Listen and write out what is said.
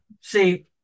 See